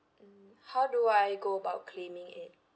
how do I go about claiming it